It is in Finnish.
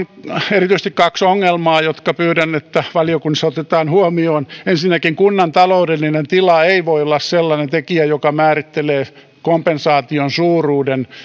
erityisesti kaksi ongelmaa ja pyydän että valiokunnassa otetaan ne huomioon ensinnäkin kunnan taloudellinen tila ei voi olla sellainen tekijä joka määrittelee kompensaation suuruuden